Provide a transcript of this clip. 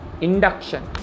induction